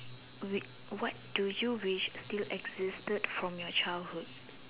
wait what do you wish still existed from your childhood